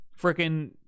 freaking